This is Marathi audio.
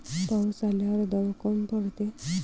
पाऊस आल्यावर दव काऊन पडते?